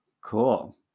cool